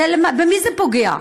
במי זה פוגע?